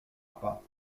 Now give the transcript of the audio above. pas